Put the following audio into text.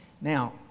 Now